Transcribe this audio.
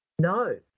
No